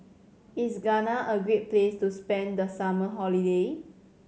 is Ghana a great place to spend the summer holiday